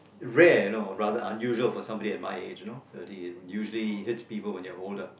rare you know or rather unusual for somebody at my age you know it hits people when you're older